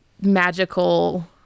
magical